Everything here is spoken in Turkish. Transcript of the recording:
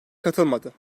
katılmadı